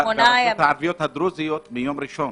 והרשויות הערביות הדרוזיות מיום ראשון